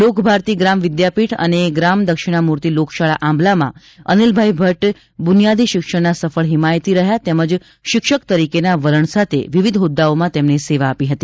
લોકભારતી ગ્રામ વિદ્યાપીઠ અને ગ્રામ દક્ષિણા મૂર્તિ લોકશાળા આંબલામાં અનિલભાઈ ભટ્ટ બુનિયાદી શિક્ષણના સફળ હિમાયતી રહ્યા તેમજ શિક્ષક તરીકેના વલણ સાથે વિવિધ હોદ્દાઓમાં તેમને સેવા આપી હતી